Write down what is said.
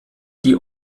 die